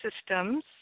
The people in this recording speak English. systems